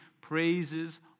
praises